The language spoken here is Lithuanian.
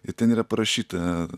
ir ten yra parašyta